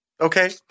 Okay